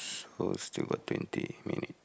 so still got twenty minutes